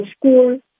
school